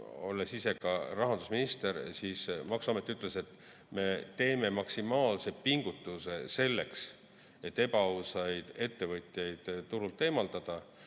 olles ise rahandusminister, siis maksuametist öeldi, et nad teevad maksimaalse pingutuse selleks, et ebaausaid ettevõtjaid turult eemaldada,